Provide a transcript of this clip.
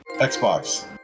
Xbox